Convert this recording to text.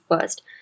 first